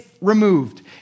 removed